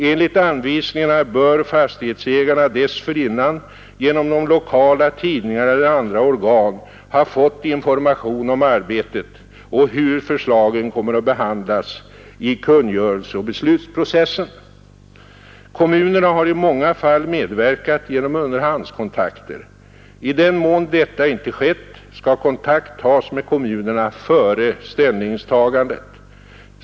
Enligt anvisningarna bör fastighetsägarna dessförinnan genom de lokala tidningarna och andra organ ha fått information om arbetet och om hur förslagen kommer att behandlas i kungörelsen och beslutsprocessen. Kommunerna har i många fall medverkat genom underhandskontakter. I den mån detta inte skett skall kontakt tas med kommunerna före utställandet.